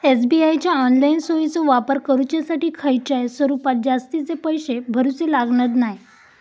SBI च्या online सोयीचो वापर करुच्यासाठी खयच्याय स्वरूपात जास्तीचे पैशे भरूचे लागणत नाय